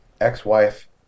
ex-wife